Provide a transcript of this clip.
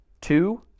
Two